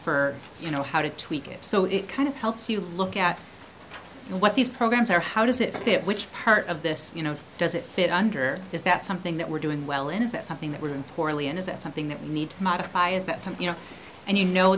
for you know how to tweak it so it kind of helps you look at what these programs are how does it fit which part of this you know does it fit under is that something that we're doing well and is that something that we're importantly and is it something that we need to modify is that some you know and you know